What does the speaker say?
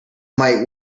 might